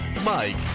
Mike